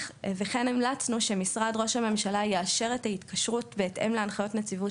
המלצנו שמשרד ראש הממשלה יאשר את ההתקשרות בהתאם להנחיות נציבות